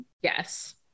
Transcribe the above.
Yes